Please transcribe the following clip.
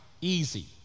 easy